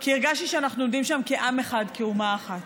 כי הרגשתי שאנחנו עומדים שם כעם אחד, כאומה אחת.